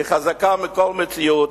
היא חזקה מכל מציאות,